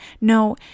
No